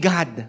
God